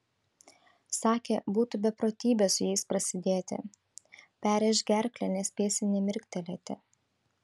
sakė būtų beprotybė su jais prasidėti perrėš gerklę nespėsi nė mirktelėti